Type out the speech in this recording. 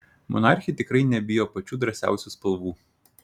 monarchė tikrai nebijo pačių drąsiausių spalvų